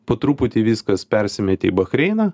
po truputį viskas persimetė į bahreiną